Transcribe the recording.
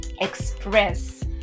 express